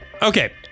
Okay